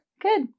good